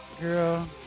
Girl